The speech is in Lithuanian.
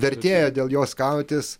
vertėjo dėl jos kautis